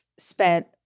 spent